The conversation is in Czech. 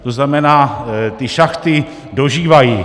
To znamená, ty šachty dožívají.